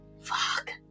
Fuck